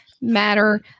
matter